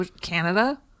Canada